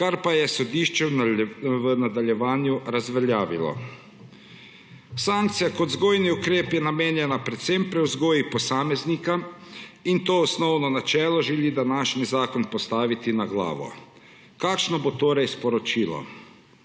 kar pa je sodišče v nadaljevanju razveljavilo. Sankcija kot vzgojni ukrep je namenjena predvsem prevzgoji posameznika, in to osnovno načelo želi današnji zakon postaviti na glavo. Kakšno bo torej sporočilo?